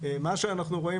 מה שאנחנו רואים